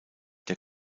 der